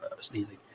sneezing